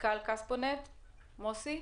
מנכ"ל כספונט מוסי.